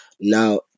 Now